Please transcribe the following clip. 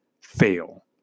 fail